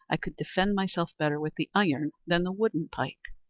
i could defend myself better with the iron than the wooden pike.